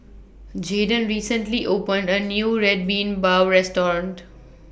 Jayden recently opened A New Red Bean Bao Restaurant